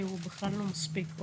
שהוא בכלל לא מספיק,